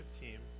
team